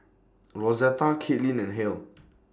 Rosetta Kaitlyn and Halle